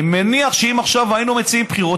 אני מניח שאם עכשיו היינו מציעים בחירות